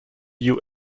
you